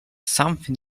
something